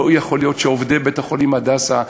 לא יכול להיות שעובדי בית-החולים "הדסה",